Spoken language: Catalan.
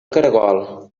caragol